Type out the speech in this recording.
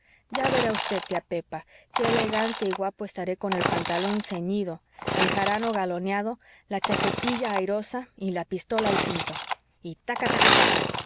ya verá usted tía pepa qué elegante y guapo estaré con el pantalón ceñido el jarano galoneado la chaquetilla airosa y la pistola al cinto y taca taca taca